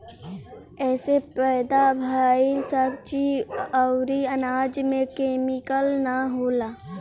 एसे पैदा भइल सब्जी अउरी अनाज में केमिकल ना होला